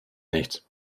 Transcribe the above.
nichts